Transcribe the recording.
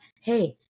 Hey